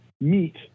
meet